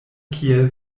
kiel